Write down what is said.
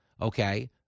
okay